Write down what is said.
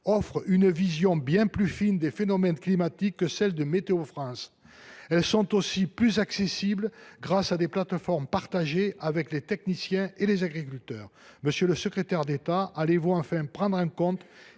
offrent une vision bien plus fine des phénomènes climatiques que celles de Météo France. Elles sont aussi plus accessibles, grâce à des plateformes partagées avec les techniciens et avec les agriculteurs. Monsieur le secrétaire d’État, allez vous enfin prendre en compte